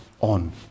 on